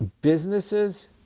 businesses